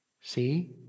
See